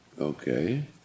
okay